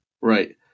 Right